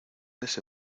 ese